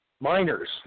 miners